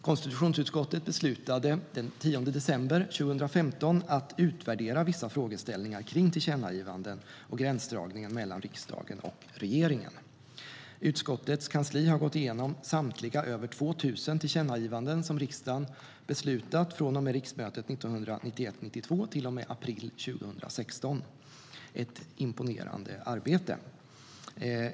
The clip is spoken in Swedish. Konstitutionsutskottet beslutade den 10 december 2015 att utvärdera vissa frågeställningar kring tillkännagivanden och gränsdragningen mellan riksdagen och regeringen. Utskottets kansli har gått igenom samtliga över 2 000 tillkännagivanden som riksdagen beslutat från och med riksmötet 1991/92 till och med april 2016 - ett imponerande arbete.